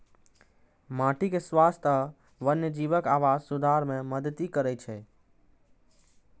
माटिक स्वास्थ्य आ वन्यजीवक आवास सुधार मे मदति करै छै